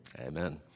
Amen